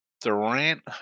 Durant